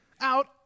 out